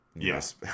Yes